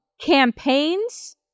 campaigns